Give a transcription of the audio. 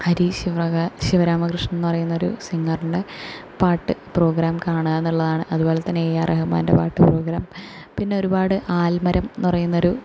ഹരീഷ് വക ശിവരാമകൃഷ്ണൻന്ന് പറയുന്നൊരു സിങ്ങറിൻ്റെ പാട്ട് പ്രോഗ്രാം കാണുകാന്നുള്ളതാണ് അതുപോലെ തന്നെ ഏ ആർ റെഹ്മാന്റെ പാട്ട് പ്രോഗ്രാം പിന്നെ ഒരുപാട് ആൽമരംന്ന് പറയുന്നൊരു